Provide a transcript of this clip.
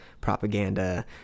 propaganda